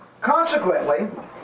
consequently